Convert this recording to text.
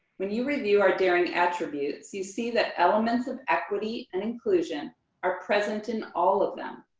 when you review our daring attributes, you see that elements of equity and inclusion are present in all of them.